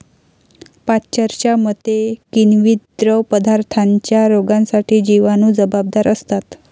पाश्चरच्या मते, किण्वित द्रवपदार्थांच्या रोगांसाठी जिवाणू जबाबदार असतात